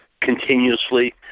continuously